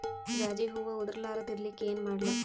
ಜಾಜಿ ಹೂವ ಉದರ್ ಲಾರದ ಇರಲಿಕ್ಕಿ ಏನ ಮಾಡ್ಲಿ?